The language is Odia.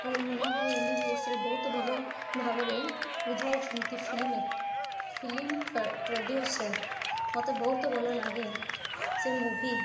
ଆମ ମୁନ୍ନା ଭାଇ ଏମବିବିଏସରେ ବହୁତ ଭଲ ଭାବରେ ବୁଝାଇଛନ୍ତି ଫିଲ୍ମ ଫିଲ୍ମ ପ୍ରଡ୍ୟୁସର ମତେ ବହୁତ ଭଲ ଲାଗେ ସେ ମୁଭି